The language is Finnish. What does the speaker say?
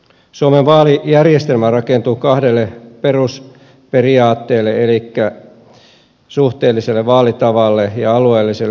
suomen vaalijärjestelmä rakentuu kahdelle perusperiaatteelle elikkä suhteelliselle vaalitavalle ja alueelliselle edustavuudelle